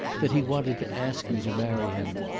that he wanted to ask me to marry him.